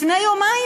לפני יומיים,